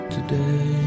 Today